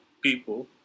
people